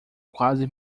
quase